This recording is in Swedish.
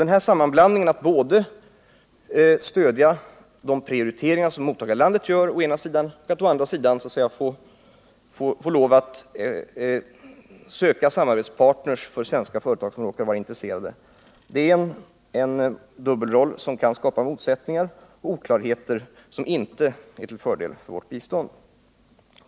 Den här sammanblandningen av att å ena sidan stödja de prioriteringar som mottagarlandet gör och å andra sidan få lov att söka samarbetspartner för svenska företag som råkat vara intresserade är en dubbelroll som kan skapa motsättningar och oklarheter, som inte är till fördel för vårt bistånd.